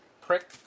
prick